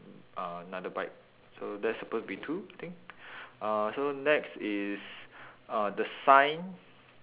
uh another bike so that's supposed to be two I think uh so next is uh the sign